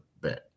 bet